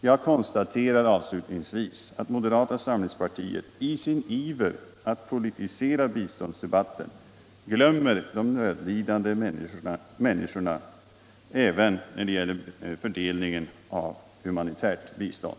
Jag konstaterar avslutningsvis att moderata samlingspartiet i sin iver att politisera biståndsdebatten glömmer de nödlidande människorna även när det gäller fördelningen av humanitärt bistånd.